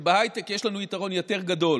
שבהייטק יש לנו יתרון יותר גדול,